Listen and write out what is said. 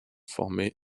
formés